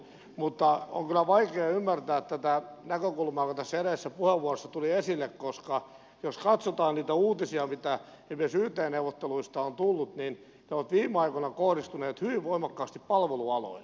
mutta on kyllä vaikea ymmärtää tätä näkökulmaa joka tässä edellisessä puheenvuorossa tuli esille koska jos katsotaan niitä uutisia mitä esimerkiksi yt neuvotteluista on tullut niin ne ovat viime aikoina kohdistuneet hyvin voimakkaasti palvelualoille